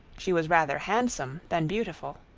she was rather handsome than beautiful.